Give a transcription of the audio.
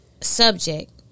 subject